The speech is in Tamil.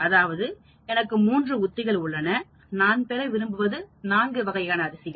அதாவது எனக்கு 3 உத்திகள் உள்ளன நான் பெற விரும்புவது 4 வகையான அரிசி